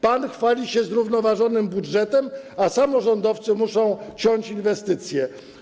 Pan chwali się zrównoważonym budżetem, a samorządowcy muszą ciąć inwestycje.